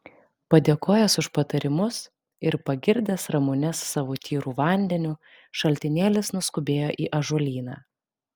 padėkojęs už patarimus ir pagirdęs ramunes savo tyru vandeniu šaltinėlis nuskubėjo į ąžuolyną